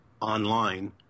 online